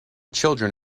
children